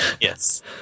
Yes